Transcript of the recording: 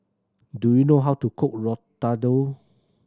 do you know how to cook Ratatouille